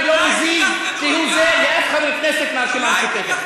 ולא מזיז כהוא זה לאף חבר כנסת מהרשימה המשותפת.